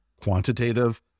quantitative